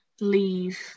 leave